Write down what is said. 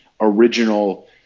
original